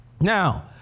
now